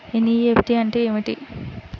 NEFT అంటే ఏమిటి?